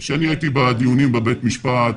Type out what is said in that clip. כשאני הייתי בדיונים בבית המשפט,